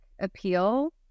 appeal